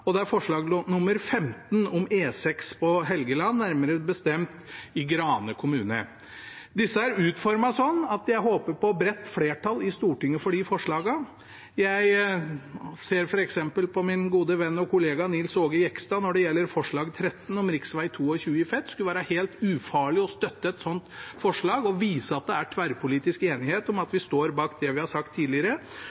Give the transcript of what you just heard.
og det er forslag nr. 15, om E6 på Helgeland, nærmere bestemt i Grane kommune. Disse forslagene er utformet sånn at jeg håper på et bredt flertall for dem i Stortinget. Jeg ser f.eks. på min gode venn og kollega Nils Aage Jegstad når det gjelder forslag nr. 13, om rv. 22 i Fet. Det skulle være helt ufarlig å støtte et sånt forslag og vise at det er tverrpolitisk enighet om at